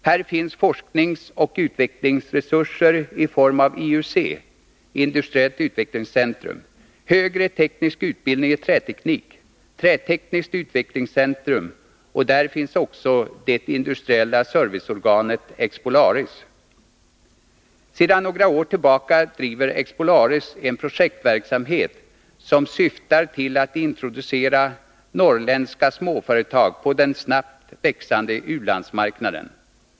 Där finns forskningsoch utvecklingsresurser i form av TUC , högre teknisk utbildning i träteknik, trätekniskt utvecklingscentrum och där finns också det industriella serviceorganet Expolaris. Sedan några år tillbaka driver Expolaris en projektverksamhet som syftar till att introducera norrländska småföretag på den snabbt växande ulandsmarknaden.